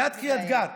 ליד קריית גת.